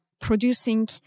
producing